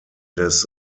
des